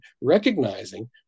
recognizing